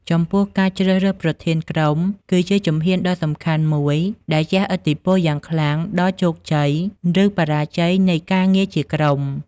ចំពោះការជ្រើសរើសប្រធានក្រុម គឺជាជំហានដ៏សំខាន់មួយដែលជះឥទ្ធិពលយ៉ាងខ្លាំងដល់ជោគជ័យ ឬបរាជ័យនៃការងារជាក្រុម។